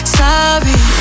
sorry